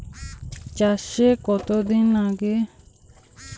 চাষে কতদিন আগে বিমা করাতে হয়?